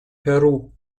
peru